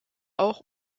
auch